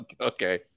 okay